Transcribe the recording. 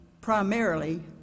primarily